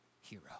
hero